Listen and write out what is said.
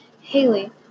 Haley